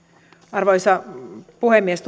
arvoisa puhemies